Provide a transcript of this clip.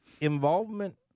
Involvement